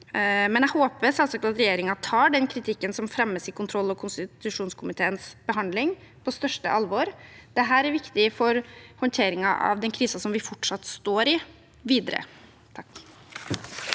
men jeg håper selvsagt at regjeringen tar den kritikken som fremmes i kontroll- og konstitusjonskomiteens behandling, på største alvor. Dette er viktig for den videre håndteringen av den krisen som vi fortsatt står i.